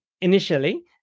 initially